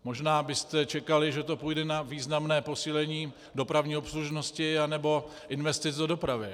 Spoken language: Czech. Možná byste čekali, že to půjde na významné posílení dopravní obslužnosti anebo investic do dopravy.